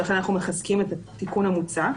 ולכן אנחנו מחזקים את התיקון המוצע.